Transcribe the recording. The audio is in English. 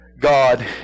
God